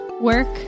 work